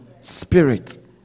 spirit